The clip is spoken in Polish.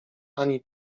ani